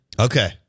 Okay